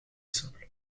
simple